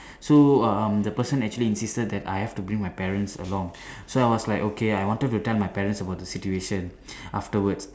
so um the person actually insisted that I have to bring my parents along so I was like okay I wanted to tell my parents about the situation afterwards